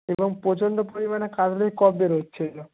এবং প্রচণ্ড পরিমাণে কাশলেই কফ বের হচ্ছিল